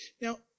Now